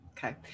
Okay